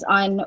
on